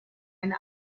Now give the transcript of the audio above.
eine